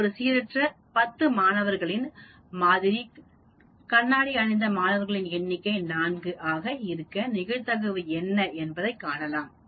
நான் ஒரு சீரற்ற 10 மாணவர்களின் மாதிரி கண்ணாடி அணிந்த மாணவர்களின் எண்ணிக்கை 4 ஆக இருக்க நிகழ்தகவு என்ன என்பதை காணலாம்